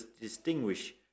distinguish